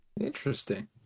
Interesting